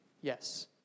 Yes